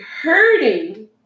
hurting